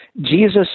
Jesus